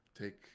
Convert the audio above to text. take